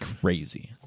Crazy